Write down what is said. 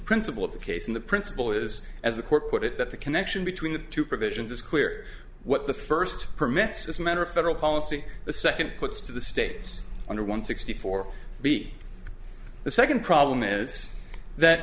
principle of the case in the principle is as the court put it that the connection between the two provisions is clear what the first permits as a matter of federal policy the second puts to the states under one sixty four b the second problem is that